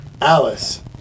Alice